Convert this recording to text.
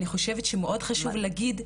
אני חושבת שמאוד חשוב להגיד,